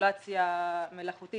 אקספרקולציה מלאכותית